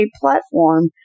platform